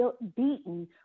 beaten